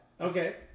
Okay